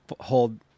hold